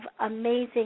amazing